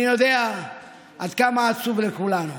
לכן יש כאן 120 אנשים שהאזרחים בחרו שיקבלו